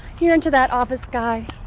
you're into that office guy.